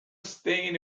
staying